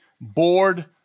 bored